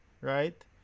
right